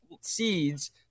seeds